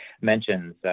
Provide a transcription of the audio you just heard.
mentions